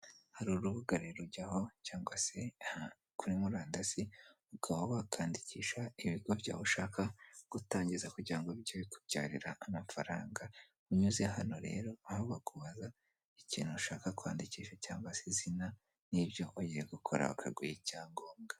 Hari urubuga rero ujyaho, cyangwa se aha kuri murandasi, ukaba wakandikisha ibigo byawe ushaka gutangiza, kugira ngo bijye bikubyarira amafaranga, unyuze hano rero, aho bakubaza ikintu ushaka kwandikisha, cyangwa se izina, n'ibyo ugiye gukora, bakaguha icyangombwa.